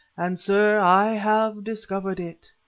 and, sir, i have discovered it.